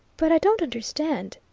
but i don't understand,